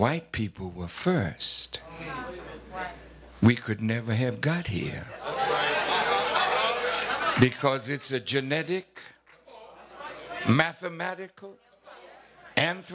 white people well first we could never have got here because it's a genetic mathematical and